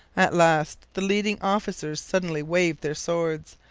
at last the leading officers suddenly waved their swords,